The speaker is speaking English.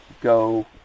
go